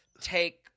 take